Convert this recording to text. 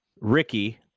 Ricky